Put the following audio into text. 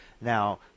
Now